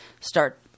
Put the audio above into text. start